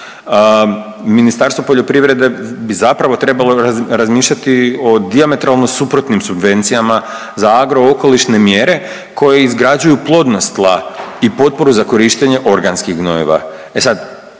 Ministarstvo poljoprivrede bi zapravo trebalo razmišljati o dijametralno suprotnim subvencijama za agro okolišne mjere koje izgrađuju plodnost tla i potporu za korištenje organskih gnojiva. E sad,